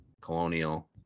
Colonial